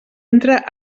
entra